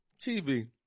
TV